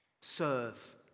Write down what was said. serve